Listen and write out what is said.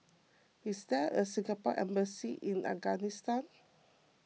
is there a Singapore Embassy in Afghanistan